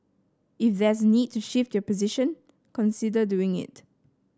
if there's a need to shift your position consider doing it